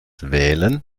wählen